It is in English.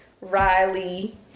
Riley